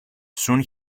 soon